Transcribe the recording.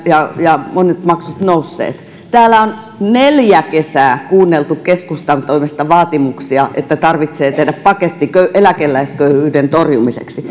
ja ja monet maksut nousseet täällä on neljä kesää kuunneltu keskustan vaatimuksia että tarvitsee tehdä paketti eläkeläisköyhyyden torjumiseksi